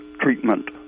treatment